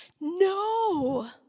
No